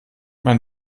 man